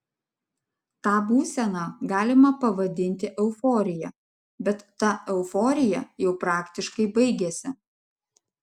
tą būseną galima pavadinti euforija bet ta euforija jau praktiškai baigėsi